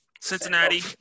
Cincinnati